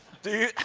do